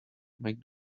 make